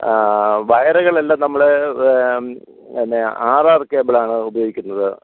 വയറുകളെല്ലാം നമ്മള് വ് പിന്നെ ആർ ആർ കേബിളാണ് ഉപയോഗിക്കുന്നത്